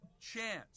chance